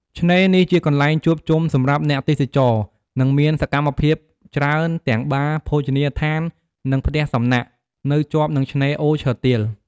ឆ្នេរនេះជាកន្លែងជួបជុំសម្រាប់អ្នកទេសចរ និងមានសកម្មភាពច្រើន ទាំងបារ ភោជនីយដ្ឋាន និងផ្ទះសំណាក់ នៅជាប់នឹងឆ្នេរអូឈើទាល។